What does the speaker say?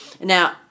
Now